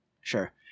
Sure